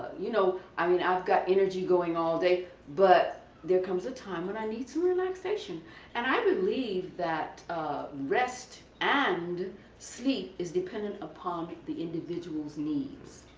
you know i mean i have got energy going all day but there comes a time when i need to relaxation and i believe that rest and sleep is dependent upon the individual's needs.